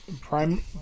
prime